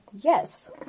Yes